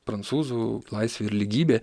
prancūzų laisvė ir lygybė